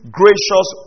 gracious